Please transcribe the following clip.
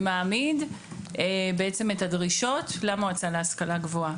מעמיד את הדרישות למועצה להשכלה גבוהה.